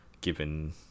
given